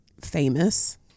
famous